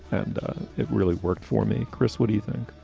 and it really worked for me. chris, what do you think?